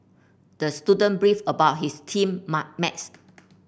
the student brief about his team mar maths